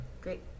Great